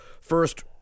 first